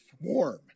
warm